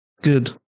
Good